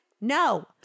no